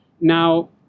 Now